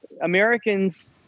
Americans